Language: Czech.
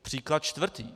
Příklad čtvrtý.